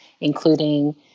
including